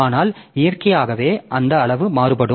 ஆனால் இயற்கையாகவே இந்த அளவு மாறுபடும்